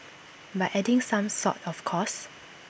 by adding some salt of course